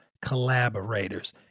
collaborators